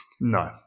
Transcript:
No